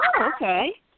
okay